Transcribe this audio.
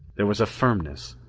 there was a firmness,